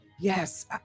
Yes